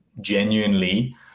genuinely